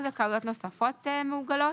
זכאויות נוספות מעוגלות?